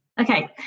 Okay